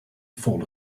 fall